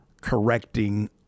correcting